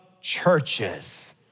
churches